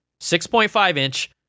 6.5-inch